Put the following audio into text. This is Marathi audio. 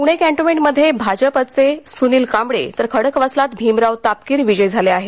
प्णे कॅन्टोंन्मेंटमध्ये भाजपाचे सुनील कांबळे तर खडकवासलात भीमराव तापकीर विजयी झाले आहेत